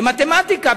במתמטיקה,